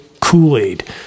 Kool-Aid